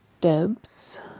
Debs